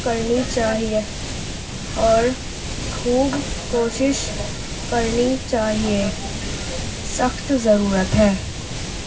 کرنی چاہیے اور خوب کوشش کرنی چاہیے سخت ضرورت ہے